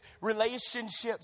relationships